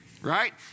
Right